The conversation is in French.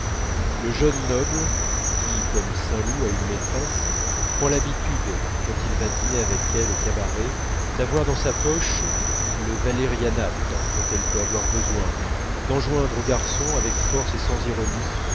le jeune noble qui comme saint loup a une maîtresse prend l'habitude quand il va dîner avec elle au cabaret d'avoir dans sa poche le valérianate dont elle peut avoir besoin d'enjoindre au garçon avec force et sans ironie